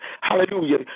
Hallelujah